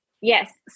Yes